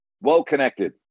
well-connected